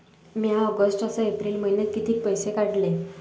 म्या ऑगस्ट अस एप्रिल मइन्यात कितीक पैसे काढले?